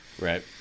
Right